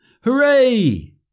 Hooray